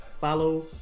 follow